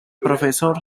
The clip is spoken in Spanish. profesor